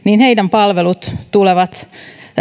palvelut tulevat